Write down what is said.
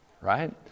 right